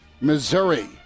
Missouri